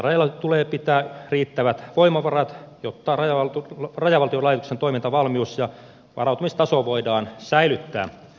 itärajalla tulee pitää riittävät voimavarat jotta rajavartiolaitoksen toimintavalmius ja varautumistaso voidaan säilyttää